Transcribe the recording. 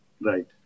Right